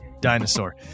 Dinosaur